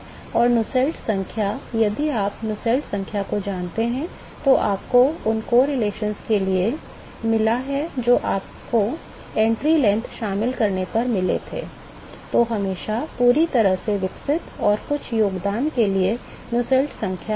तो Nusselts संख्या यदि आप Nusselts संख्या को देखते हैं जो आपको उन सहसंबंधों के लिए मिला है जो आपको प्रवेश लंबाई शामिल करने पर मिले थे तो हमेशा पूरी तरह से विकसित और कुछ योगदान के लिए Nusselts संख्या होगी